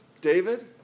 David